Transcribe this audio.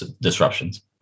disruptions